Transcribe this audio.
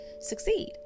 succeed